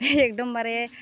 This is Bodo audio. एकदमबारे